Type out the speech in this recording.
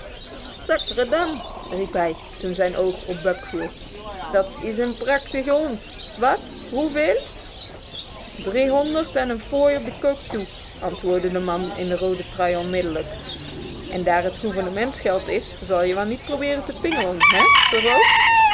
sacredam riep hij toen zijn oog op buck viel dat is een prachtige hond wat hoeveel driehonderd en een fooi op de koop toe antwoordde de man in de rode trui onmiddellijk en daar het gouvernementsgeld is zal je wel niet proberen te pingelen hè